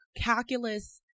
calculus